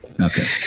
Okay